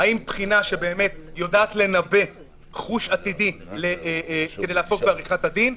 האם בחינה שיודעת לנבא חוש עתידי כדי לעסוק בעריכת דין,